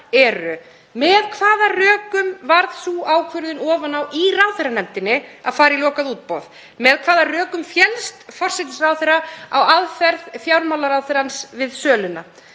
eru: Með hvaða rökum varð sú ákvörðun ofan á í ráðherranefndinni að fara í lokað útboð? Með hvaða rökum féllst forsætisráðherra á aðferð fjármálaráðherrans við söluna?